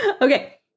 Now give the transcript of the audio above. Okay